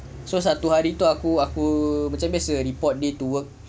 so satu hari tu aku aku macam biasa report late to work